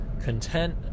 content